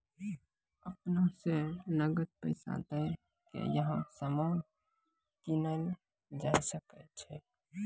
अपना स नकद पैसा दै क यहां सामान कीनलो जा सकय छै